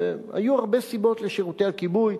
היו הרבה סיבות לכישלון שירותי הכיבוי,